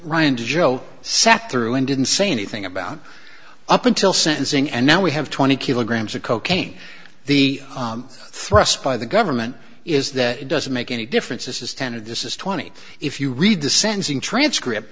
ryan joe sat through and didn't say anything about up until sentencing and now we have twenty kilograms of cocaine the thrust by the government is that it doesn't make any difference this is ten and this is twenty if you read the sentencing transcript